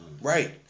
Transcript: Right